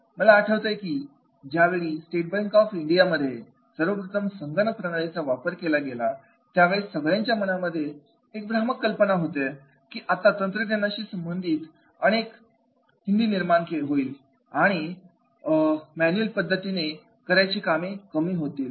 मला आठवतय की ज्यावेळी स्टेट बँक ऑफ इंडियामध्ये सर्वप्रथम संगणक प्रणालीचा वापर केला गेला त्यावेळेस सगळ्यांच्या मनामध्ये अशा भ्रामक कल्पना होत्या की आता तंत्रज्ञानाशी संबंधित अनेक हिंदी निर्माण होतील आणि मॅन्युअल पद्धतीने करायची कामे कमी होतील